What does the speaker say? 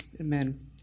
amen